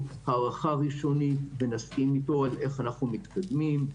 הערכה ראשונית ונסכים איתו על איך אנחנו מתקדמים.